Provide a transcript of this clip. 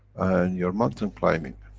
and you're mountain climbing,